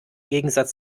gegensatz